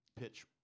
pitch